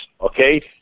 okay